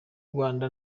rwanda